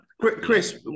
Chris